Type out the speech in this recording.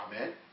Amen